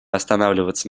останавливаться